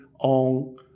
on